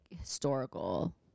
historical